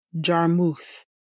Jarmuth